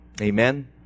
Amen